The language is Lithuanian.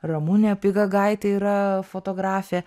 ramunė pigagaitė yra fotografė